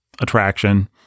attraction